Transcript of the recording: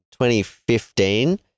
2015